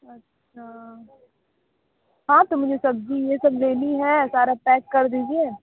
अच्छा हाँ तो मुझे सब्ज़ी ये सब लेनी है सारा पैक कर दीजिए